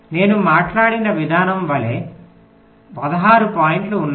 నేను మాట్లాడిన విధానం వలె 16 పాయింట్లు ఉన్నాయి